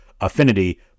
affinity